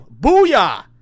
Booyah